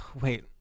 Wait